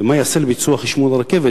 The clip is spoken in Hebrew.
2. מה ייעשה לביצוע חשמול הרכבת?